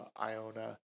Iona